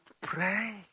pray